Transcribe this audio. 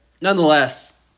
nonetheless